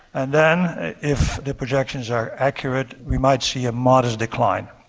and then if the projections are accurate we might see a modest decline.